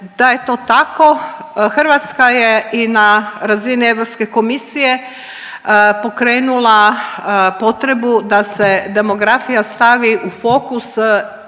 Da je to tako Hrvatska je i na razini Europske komisije pokrenula potrebu da se demografija stavi u fokus